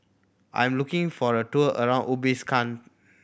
I am looking for a tour around